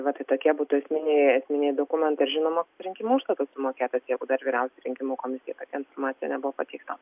va tai tokie būtų esminiai esminiai dokumentai ir žinoma rinkimų užstatas sumokėtas jeigu dar vyriausioji rinkimų komisija informacija nebuvo pateikta